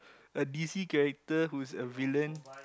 a d_c character who is a villain